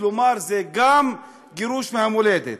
כלומר זה גם גירוש מהמולדת.